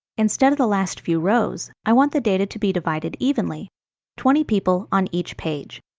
instead of the last few rows, i want the data to be divided evenly twenty people on each page.